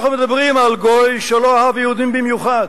אנחנו מדברים על גוי שלא אהב יהודים במיוחד,